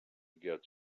get